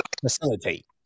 facilitate